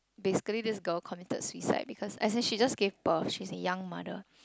basically this girl committed suicide because and she just gave birth she's a young mother